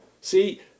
See